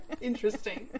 Interesting